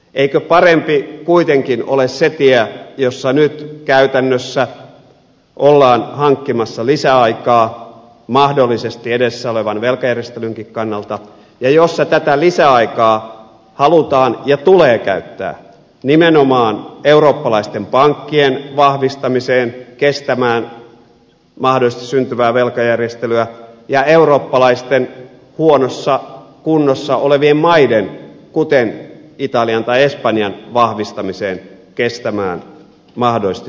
eikö parempi kuitenkin ole se tie jossa nyt käytännössä ollaan hankkimassa lisäaikaa mahdollisesti edessä olevan velkajärjestelynkin kannalta ja jossa tätä lisäaikaa halutaan ja tulee käyttää nimenomaan eurooppalaisten pankkien vahvistamiseen kestämään mahdollisesti syntyvää velkajärjestelyä ja eurooppalaisten huonossa kunnossa olevien maiden kuten italian tai espanjan vahvistamiseen kestämään mahdollisesti syntyvää tilannetta